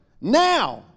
now